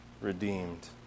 redeemed